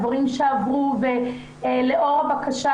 הדברים שעברו ואכן